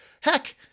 Heck